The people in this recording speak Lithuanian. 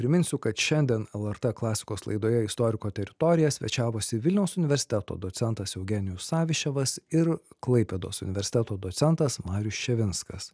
priminsiu kad šiandien lrt klasikos laidoje istoriko teritorija svečiavosi vilniaus universiteto docentas eugenijus saviščevas ir klaipėdos universiteto docentas marius ščiavinskas